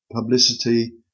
publicity